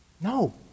No